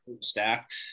Stacked